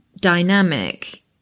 dynamic